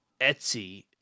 Etsy